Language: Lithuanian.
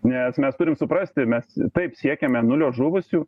nes mes turim suprasti mes taip siekiame nulio žuvusių